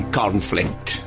conflict